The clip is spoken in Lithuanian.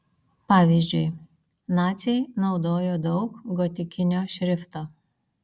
pavyzdžiui naciai naudojo daug gotikinio šrifto